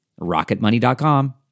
RocketMoney.com